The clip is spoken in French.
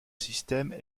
système